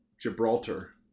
Gibraltar